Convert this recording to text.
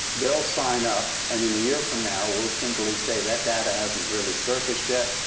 they'll sign up. and in a year from now, we'll simply say that data hasn't really surfaced yet.